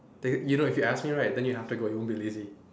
take you know if you ask me right then you have to go if you won't be lazy